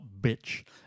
bitch